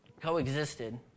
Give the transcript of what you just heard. coexisted